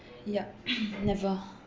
yup never